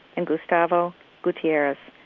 and gustavo gutierrez